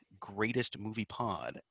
greatestmoviepod